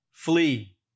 flee